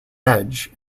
edge